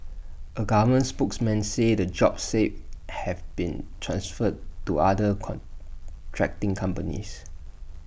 A government spokesman said the jobs saved have been transferred to other contracting companies